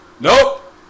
Nope